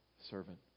servant